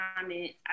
comments